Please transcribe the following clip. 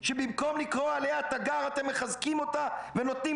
שבמקום לקרוא עילה תיגר אתם מחזקים אותה ונותנים